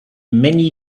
many